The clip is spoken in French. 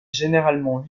généralement